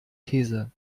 käse